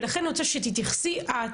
ולכן אני רוצה שתתייחסי את